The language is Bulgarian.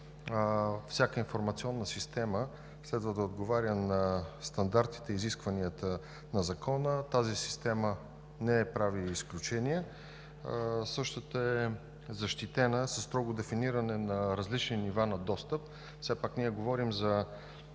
Всяка информационна система следва да отговаря на стандартите и изискванията на Закона. Тази система не прави изключение. Същата е защитена със строго дефиниране на различни нива на достъп – все пак ние говорим за